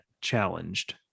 challenged